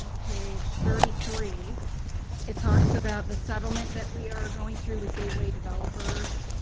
page thirty three it talks about the settlement that we are going through with gateway developers.